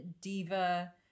diva